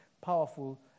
powerful